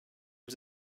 was